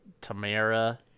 Tamara